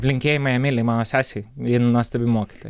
linkėjimai emilei mano sesei jin nuostabi mokytoja